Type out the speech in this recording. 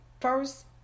first